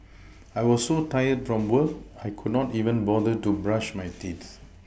I was so tired from work I could not even bother to brush my teeth